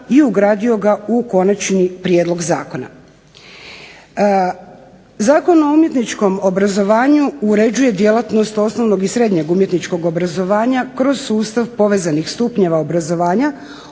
i ugradio ga u končani prijedlog zakona. Zakon o umjetničkom obrazovanju uređuje djelatnost osnovnog i srednjeg umjetničkog obrazovanja kroz sustav povezanih stupnjeva obrazovanja,